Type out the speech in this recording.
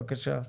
בבקשה.